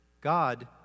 god